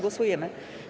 Głosujemy.